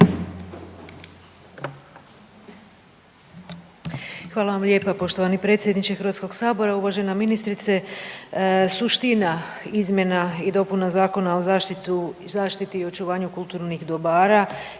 Hvala vam lijepa poštovani predsjedniče Hrvatskog sabora. Uvažena ministrice suština izmjena i dopuna Zakona o zaštitu, zaštiti i očuvanju kulturnih dobara